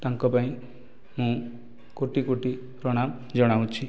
ତାଙ୍କ ପାଇଁ ମୁଁ କୋଟି କୋଟି ପ୍ରଣାମ ଜଣାଉଛି